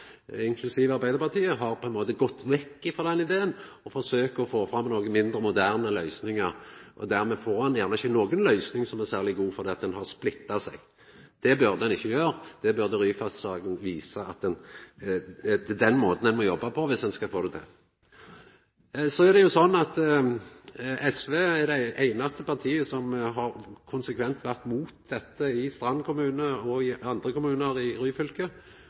inklusive Arbeidarpartiet, har gått vekk frå den ideen og forsøkjer å få fram noko mindre, moderne løysingar. Dermed får ein gjerne ikkje noka løysing som er særleg god, fordi ein er splitta. Det burde ein ikkje vera. Det burde Ryfast-saka ha vist: Det er den måten ein må jobba på, dersom ein skal få det til. SV er det einaste partiet som konsekvent har vore imot dette i Strand kommune og i andre kommunar i Ryfylke,